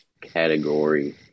category